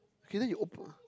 okay then you